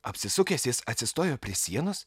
apsisukęs jis atsistojo prie sienos